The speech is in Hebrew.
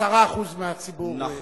10% מהציבור, נכון.